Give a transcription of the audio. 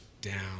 down